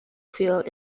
field